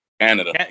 Canada